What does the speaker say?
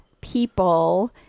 people